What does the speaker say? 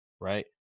right